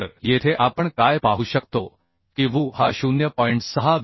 तर येथे आपण काय पाहू शकतो की Vu हा 0